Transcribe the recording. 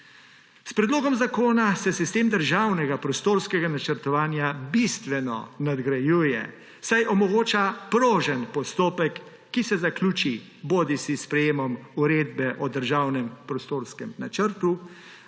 S predlogom zakona se sistem državnega prostorskega načrtovanja bistveno nadgrajuje, saj omogoča prožen postopek, ki se zaključi bodisi s sprejetjem uredbe o državnem prostorskem načrtu